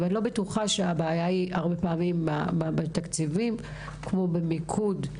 הבעיה הרבה פעמים היא לא בתקציבים אלא במיקוד.